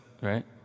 right